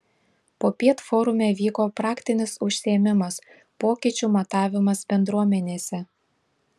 popiet forume vyko praktinis užsiėmimas pokyčių matavimas bendruomenėse